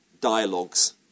dialogues